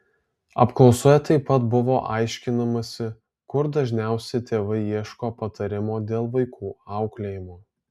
apklausoje taip pat buvo aiškinamasi kur dažniausiai tėvai ieško patarimo dėl vaikų auklėjimo